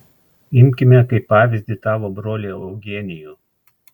imkime kaip pavyzdį tavo brolį eugenijų